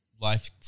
life